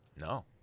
No